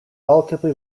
relatively